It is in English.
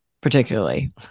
particularly